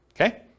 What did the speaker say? Okay